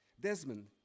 Desmond